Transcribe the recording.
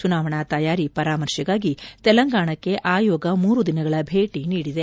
ಚುನಾವಣಾ ತಯಾರಿ ಪರಾಮರ್ಶೆಗಾಗಿ ತೆಲಂಗಾಣಕ್ಕೆ ಆಯೋಗ ಮೂರು ದಿನಗಳ ಭೇಟಿ ನೀಡಿದೆ